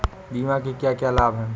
बीमा के क्या क्या लाभ हैं?